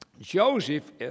Joseph